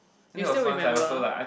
you still remember